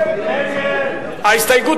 ההסתייגויות